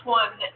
one